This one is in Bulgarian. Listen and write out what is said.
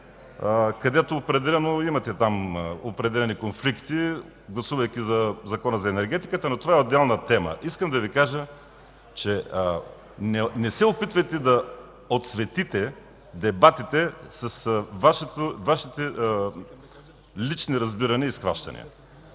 определено имате определени конфликти, гласувайки за Закона за енергетиката, но това е отделна тема. Искам да Ви кажа: не се опитвайте да оцветите дебатите с Вашите лични разбирания и схващания.